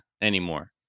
anymore